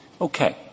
Okay